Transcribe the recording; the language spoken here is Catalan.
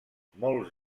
molts